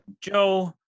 Joe